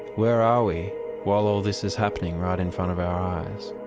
where are we while all this is happening right in front of our eyes?